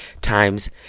times